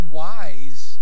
wise